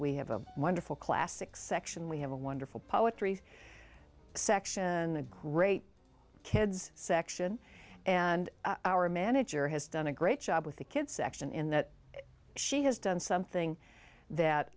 we have a wonderful classics section we have a wonderful poetry section and a great kids section and our manager has done a great job with the kids section in that she has done something that